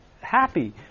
happy